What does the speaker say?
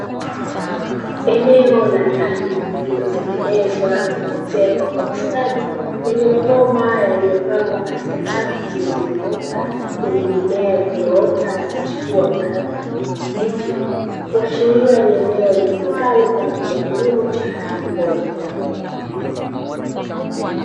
Eneo la ndani lililotengenezwa na kuezekwa kwa ustadi lenye mabomba yaliyopangwa katika safu zilizonyooka zenye mimea, iliyochipua yenye kijani kibichi, kuashiria ni eneo litumikalo kwa ajili ya kilimo cha haidroponi.